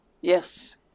Yes